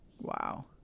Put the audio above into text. Wow